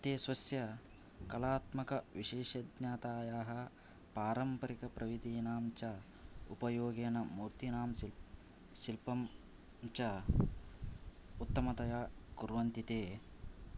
ते स्वस्य कलात्मक विशेषज्ञातायाः पारम्परिक प्रविधीनां च उपयोगेन मूर्तिनां शिल्पं च उत्तमतया कुर्वन्ति ते